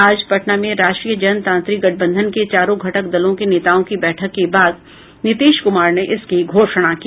आज पटना में राष्ट्रीय जनतांत्रिक गठबंधन के चारों घटक दलों के नेताओं की बैठक के बाद नीतीश कुमार ने इसकी घोषणा की